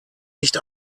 nicht